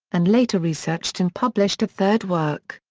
and later researched and published a third work,